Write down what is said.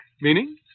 Meaning